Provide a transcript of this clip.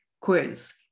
quiz